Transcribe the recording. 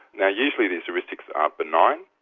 yeah usually these heuristics are benign.